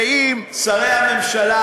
ואם שרי הממשלה,